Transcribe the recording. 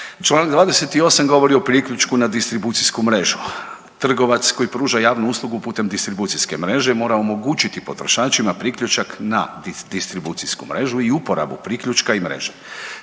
Čl. 28 govori o priključku na distribucijsku mrežu. Trgovac koji pruža javnu uslugu putem distribucijske mreže mora omogućiti potrošačima priključak na distribucijsku mrežu i uporabu priključka i mreže